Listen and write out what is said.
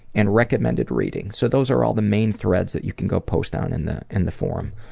and recommended reading. so those are all the main threads that you can go post on in the and the forum,